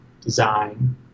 design